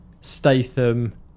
Statham